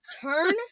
Turn